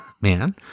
man